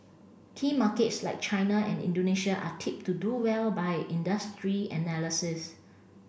key markets like China and Indonesia are tipped to do well by industry analysis